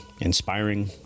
inspiring